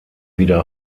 wieder